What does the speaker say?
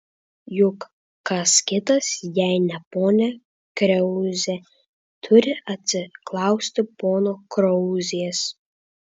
juk kas kitas jei ne ponia krauzė turi atsiklausti pono krauzės